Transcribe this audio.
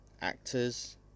actors